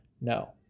No